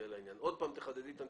שוב, תחדדי את הנקודה.